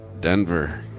Denver